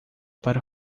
para